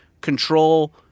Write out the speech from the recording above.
control